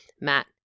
Matt